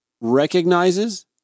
recognizes